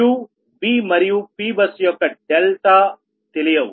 QVమరియు P bus యొక్క తెలియవు